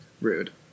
Rude